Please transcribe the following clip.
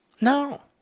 No